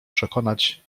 przekonać